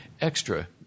extra